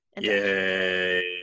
Yay